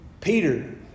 Peter